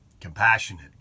compassionate